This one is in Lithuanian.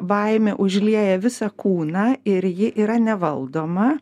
baimė užlieja visą kūną ir ji yra nevaldoma